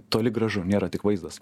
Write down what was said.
toli gražu nėra tik vaizdas